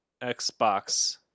Xbox